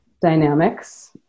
dynamics